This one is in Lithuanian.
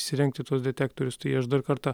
įsirengti tuos detektorius tai aš dar kartą